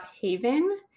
Haven